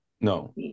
No